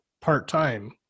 part-time